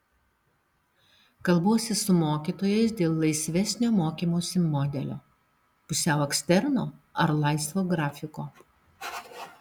kalbuosi su mokytojais dėl laisvesnio mokymosi modelio pusiau eksterno ar laisvo grafiko